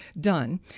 done